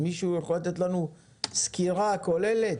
מישהו יכול לתת לנו סקירה כוללת?